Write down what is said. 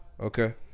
Okay